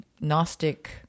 Gnostic